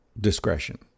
discretion